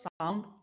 sound